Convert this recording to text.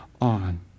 on